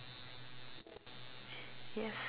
yes